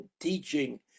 teaching